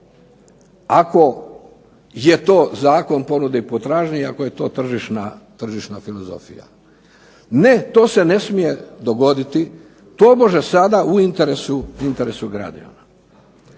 Ako je to Zakon ponude i potražnje i ako je to tržišna filozofija. Ne, to se ne smije dogoditi tobože sada u interesu…Zašto